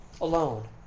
alone